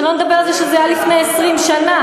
שלא לדבר על זה שזה היה לפני 20 שנה,